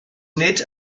nid